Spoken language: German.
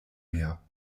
mehr